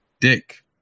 Dick